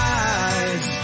eyes